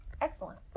excellent